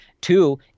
Two